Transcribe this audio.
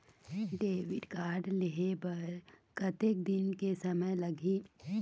Debit card लेहे बर कतेक दिन के समय लगही?